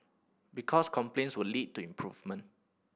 because complaints will lead to improvement